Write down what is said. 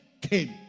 came